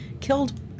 killed